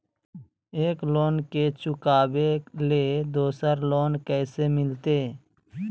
एक लोन के चुकाबे ले दोसर लोन कैसे मिलते?